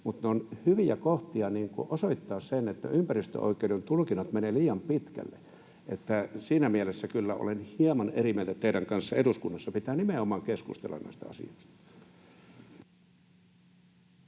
mutta ne ovat hyviä kohtia osoittamaan sen, että ympäristöoikeuden tulkinnat menevät liian pitkälle. Siinä mielessä kyllä olen hieman eri mieltä teidän kanssanne. Eduskunnassa pitää nimenomaan keskustella näistä asioista.